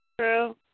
True